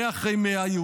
מאה אחרי מאה,